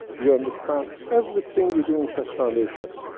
you understand everything we do in keshe foundation.